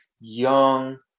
young